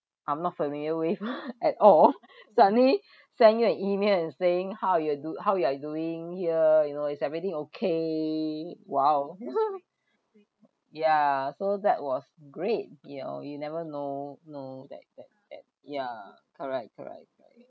I'm not familiar with at all suddenly send you an email and saying how you're do~ how you are you doing here you know is everything okay !wow! yeah so that was great you know you never know know that that that ya correct correct correct